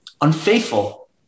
unfaithful